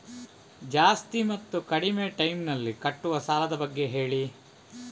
ಜಾಸ್ತಿ ಮತ್ತು ಕಡಿಮೆ ಟೈಮ್ ನಲ್ಲಿ ಕಟ್ಟುವ ಸಾಲದ ಬಗ್ಗೆ ಹೇಳಿ